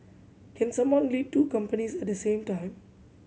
can someone lead two companies at the same time